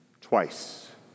twice